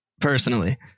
personally